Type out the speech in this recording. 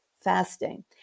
fasting